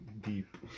deep